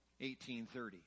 1830